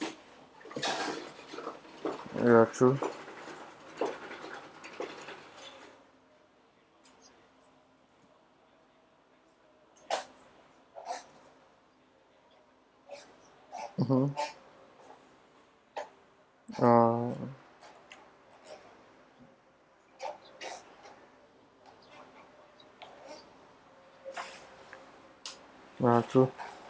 ya true mmhmm ah ah true